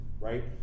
right